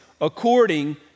according